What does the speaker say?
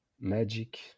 magic